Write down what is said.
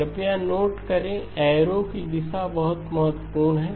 कृपया नोट करें कि एरो की दिशा बहुत महत्वपूर्ण है